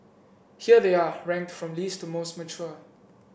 here they are ranked from least to most mature